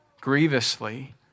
grievously